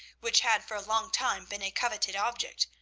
which had for a long time been a coveted object,